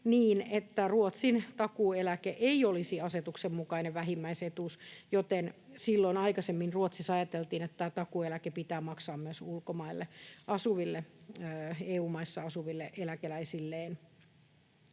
niin, että Ruotsin takuueläke ei olisi asetuksen mukainen vähimmäisetuus, joten silloin aikaisemmin Ruotsissa ajateltiin, että takuueläke pitää maksaa myös ulkomailla asuville, EU-maissa asuville eläkeläisille.